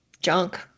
junk